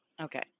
Okay